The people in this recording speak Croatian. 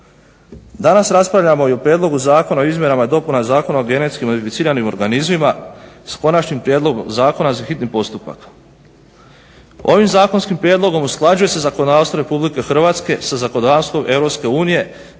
Danas raspravljamo i o Prijedlogu zakona o izmjenama i dopunama genetski modificiranim organizmima s konačnim prijedlogom zakona, hitni postupak. Ovim zakonskim prijedlogom usklađuje se zakonodavstvo Republike Hrvatske sa zakonodavstvom EU